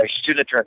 student